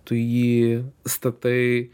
tu jį statai